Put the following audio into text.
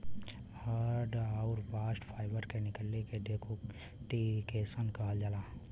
hurd आउर bast fibre के निकले के डेकोर्टिकेशन कहल जाला